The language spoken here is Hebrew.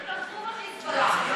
הם תמכו בחיזבאללה.